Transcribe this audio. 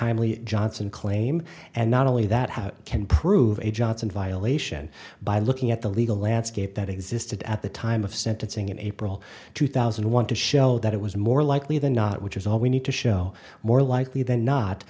timely johnson claim and not only that how can prove a johnson violation by looking at the legal landscape that existed at the time of sentencing in april two thousand and want to show that it was more likely than not which is all we need to show more likely than not